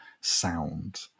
sound